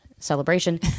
Celebration